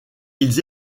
ils